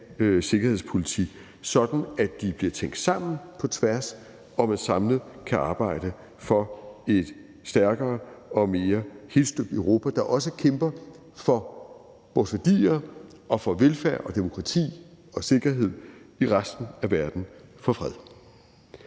sikkerhedspolitik, sådan at de bliver tænkt sammen på tværs, og at man samlet kan arbejde for et stærkere og mere helstøbt Europa, der også kæmper for vores værdier, for velfærd og demokrati og sikkerhed i resten af verden og for fred.